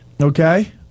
Okay